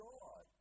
God